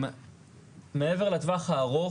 מעבר לטווח הארוך,